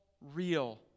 real